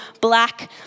black